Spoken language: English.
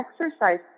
exercise